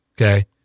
Okay